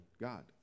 God